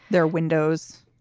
they're windows.